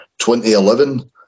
2011